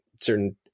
certain